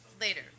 later